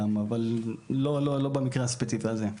אבל לא במקרה הספציפי הזה.